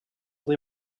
they